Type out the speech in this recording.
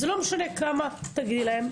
לא משנה כמה תגידי להם.